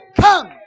come